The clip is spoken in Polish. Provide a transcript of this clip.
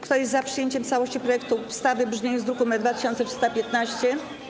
Kto jest za przyjęciem w całości projektu ustawy w brzmieniu z druku nr 2315?